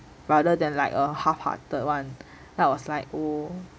rather than like a half hearted one then I was like oh